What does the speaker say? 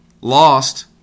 lost